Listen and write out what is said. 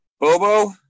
Bobo